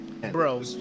Bro